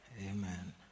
Amen